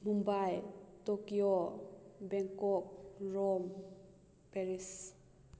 Mumbai Tokyo Bangkok Rome Paris